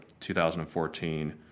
2014